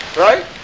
Right